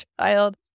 child